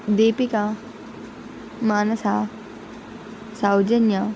Deepika Manasa Soujanya